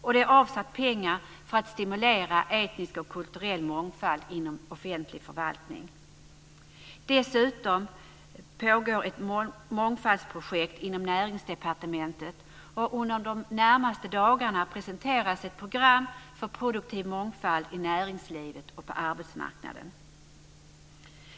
Vi har avsatt pengar för att stimulera etnisk och kulturell mångfald inom offentlig förvaltning. Dessutom pågår ett mångfaldsprojekt inom Näringsdepartementet. Under de närmaste dagarna presenteras ett program för produktiv mångfald i näringslivet och på arbetsmarknaden.